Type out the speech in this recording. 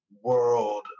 world